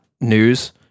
news